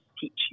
teach